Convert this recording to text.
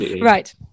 Right